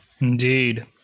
Indeed